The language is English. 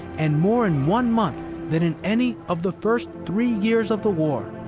and more in one month than in any of the first three years of the war.